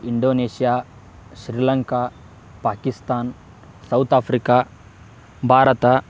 Indonesia Sri Lanka Pakistan South Africa Bharat